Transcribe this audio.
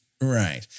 right